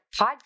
podcast